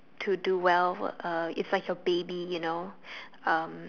to do well uh it's like your baby you know um